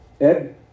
Ed